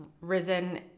risen